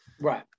Right